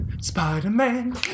Spider-Man